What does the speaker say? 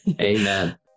Amen